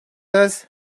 das